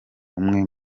umwe